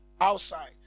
outside